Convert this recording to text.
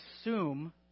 assume